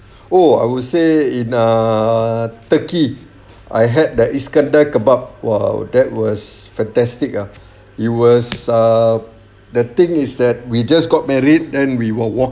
oh I would say in ah turkey I had that iskandar kebab !wow! that was fantastic ah it was uh the thing is that we just got married then we were walk